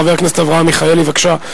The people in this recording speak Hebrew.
חבר הכנסת אברהם מיכאלי, בבקשה.